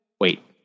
Wait